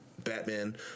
Batman